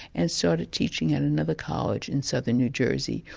and started teaching at another college in southern new jersey,